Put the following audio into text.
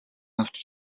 авч